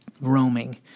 roaming